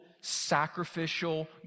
sacrificial